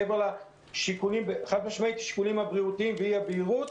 מעבר לשיקולים הבריאותיים ואי-הבהירות,